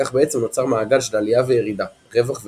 וכך בעצם נוצר מעגל של עלייה וירידה, רווח והפסד.